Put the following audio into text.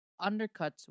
undercuts